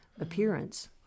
appearance